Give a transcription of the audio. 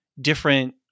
different